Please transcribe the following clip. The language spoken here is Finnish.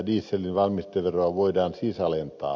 dieselin valmisteveroa voidaan siis alentaa